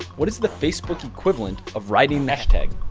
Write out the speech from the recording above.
what is the facebook equivalent of riding hashtag?